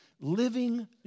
Living